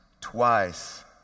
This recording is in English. twice